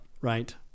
Right